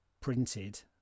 printed